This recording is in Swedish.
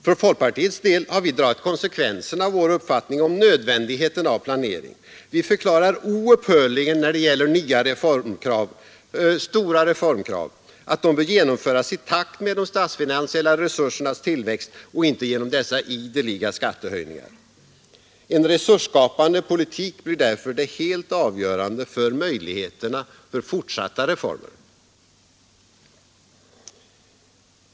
För folkpartiets del har vi dragit konsekvenserna av vår uppfattning om nödvändigheten av planering. Vi förklarar oupphörligen när det gäller nya stora reformkrav att de bör genomföras i takt med de statsfinansiella resursernas tillväxt och inte genom dessa ideliga skattehöjningar. En resursskapande politik blir därför det helt avgörande för möjligheterna för fortsatta reformer.